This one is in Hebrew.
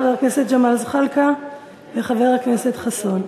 חבר הכנסת זחאלקה וחבר הכנסת חסון.